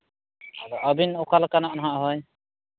ᱟᱫᱚ ᱟᱹᱵᱤᱱ ᱚᱠᱟ ᱞᱮᱠᱟᱱᱟᱜ ᱦᱳᱭ